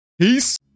peace